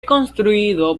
construido